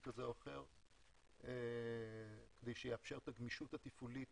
כזה או אחר כדי שיאפשר את הגמישות התפעולית,